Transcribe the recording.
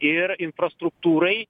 ir infrastruktūrai